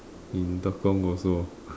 in Tekong also